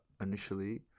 initially